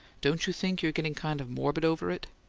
don't you think you're getting kind of morbid over it?